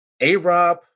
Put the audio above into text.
A-Rob